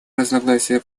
разногласия